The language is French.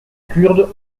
kurdes